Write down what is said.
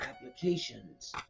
applications